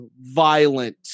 violent